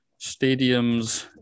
stadiums